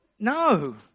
No